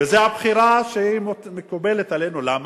וזו הבחירה שמקובלת עלינו, למה?